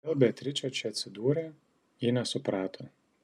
kodėl beatričė čia atsidūrė ji nesuprato